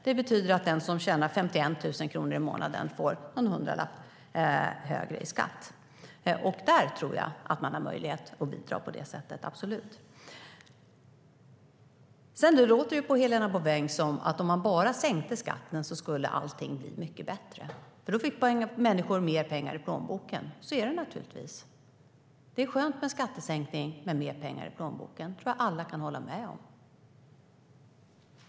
Det betyder att de som tjänar 51 000 kronor i månaden får en hundralapp mer i skatt. Och jag tror absolut att de har möjlighet att bidra på det sättet. Det låter på Helena Bouveng som att allting skulle bli mycket bättre om man bara sänkte skatten. Visst skulle människor få mer pengar i plånboken - så är det naturligtvis. Det är skönt med en skattesänkning och mer pengar i plånboken. Det tror jag att alla kan hålla med om.